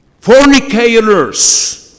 fornicators